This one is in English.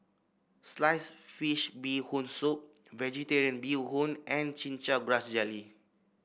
Sliced Fish Bee Hoon Soup vegetarian Bee Hoon and Chin Chow Grass Jelly